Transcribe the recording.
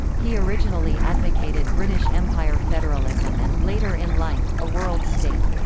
he originally advocated british empire federalism and, later in life, a world state.